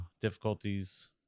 difficulties